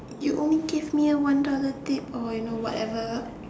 you only give me one dollar tip or you know whatever